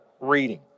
reading